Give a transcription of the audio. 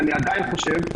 ואני עדיין חושב,